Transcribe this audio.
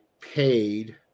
paid